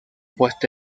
puesto